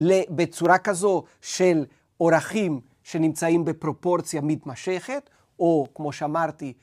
לבצורה כזו של אורכים שנמצאים בפרופורציה מתמשכת או כמו שאמרתי